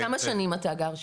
כמה שנים אתה גר שם?